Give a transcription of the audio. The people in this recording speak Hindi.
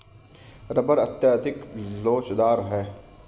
रबर अत्यधिक लोचदार है